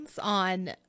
on